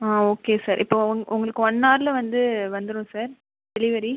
ஆ okay sir இப்போது உங் உங்களுக்கு ஒன் அவரில் வந்து வந்துடும் சார் டெலிவரி